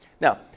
Now